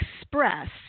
expressed